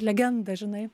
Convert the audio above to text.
legenda žinai